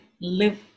live